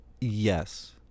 Yes